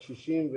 לקשישים,